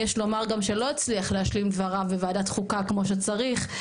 יש לומר שגם לא הצליח להשלים את דבריו בוועדת חוקה כמו שצריך,